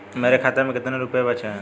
मेरे खाते में कितने रुपये बचे हैं?